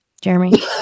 jeremy